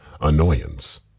annoyance